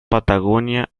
patagonia